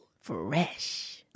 Fresh